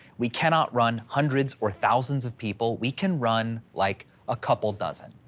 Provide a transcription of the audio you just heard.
we cannot run hundreds or thousands of people, we can run like a couple dozen.